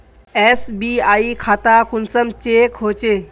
SBI खाता कुंसम check होचे?